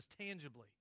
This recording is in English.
tangibly